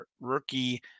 rookie